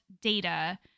data